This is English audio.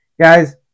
Guys